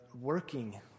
working